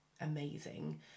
Amazing